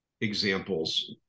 Examples